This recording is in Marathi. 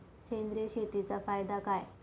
सेंद्रिय शेतीचा फायदा काय?